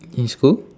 in school